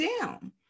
down